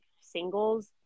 singles